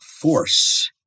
force